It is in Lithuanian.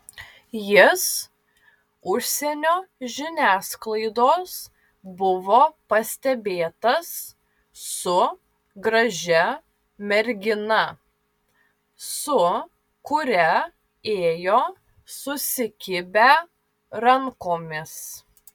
jis užsienio žiniasklaidos buvo pastebėtas su gražia mergina su kuria ėjo susikibę rankomis